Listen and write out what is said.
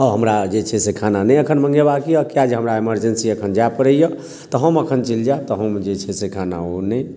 ओ हमरा जे छै से खाना नहि एखन मंगेबाके यऽ किआ जे हमरा इमेरजेंसी एखन जाय पड़ैया तऽ हम एखन चलि जायब तऽ हम जे छै से खाना ओ नहि अथी कऽ सकब